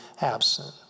absent